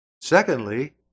Secondly